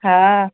हा